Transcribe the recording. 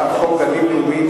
להצעת חוק גנים לאומיים,